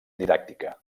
didàctica